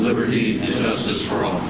liberty for all